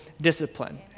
discipline